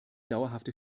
dauerhafte